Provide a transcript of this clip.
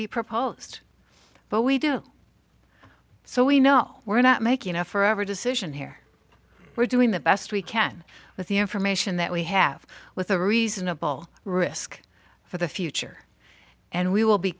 be proposed but we do so we know we're not making a forever decision here we're doing the best we can with the information that we have with a reasonable risk for the future and we will be